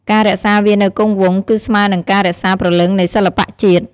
ការរក្សាវានៅគង់វង្ស គឺស្មើនឹងការរក្សាព្រលឹងនៃសិល្បៈជាតិ។